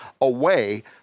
away